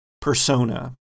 persona